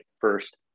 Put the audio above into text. first